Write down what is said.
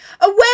away